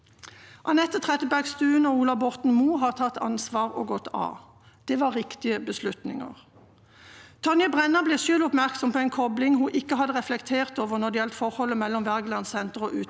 Anette Trettebergstuen og Ola Borten Moe har tatt ansvar og gått av. Det var riktige beslutninger. Tonje Brenna ble selv oppmerksom på en kopling hun ikke hadde reflektert over når det gjaldt forholdet mellom Wergelandsenteret og Utøya.